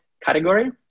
category